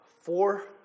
Four